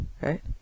right